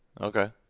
Okay